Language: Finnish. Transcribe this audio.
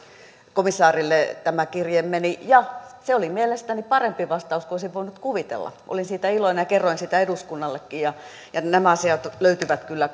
komissaarille tämä kirje meni ja se oli mielestäni parempi vastaus kuin olisin voinut kuvitella olin siitä iloinen ja kerroin siitä eduskunnallekin ja ja nämä asiat löytyvät kyllä